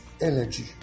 energy